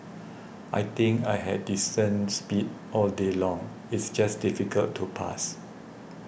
I think I had decent speed all day long it's just difficult to pass